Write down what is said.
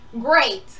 Great